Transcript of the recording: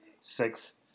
six